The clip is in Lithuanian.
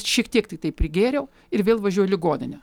šiek tiek tiktai prigėriau ir vėl važiuoju į ligoninę